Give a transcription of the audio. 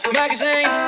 magazine